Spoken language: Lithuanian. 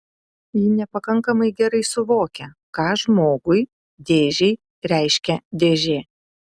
ji nepakankamai gerai suvokia ką žmogui dėžei reiškia dėžė